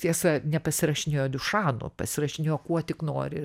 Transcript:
tiesa nepasirašinėjo diušanu pasirašinėjo kuo tik nori